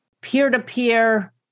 Peer-to-peer